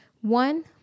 one